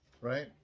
right